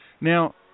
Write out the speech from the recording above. Now